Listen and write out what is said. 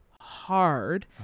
hard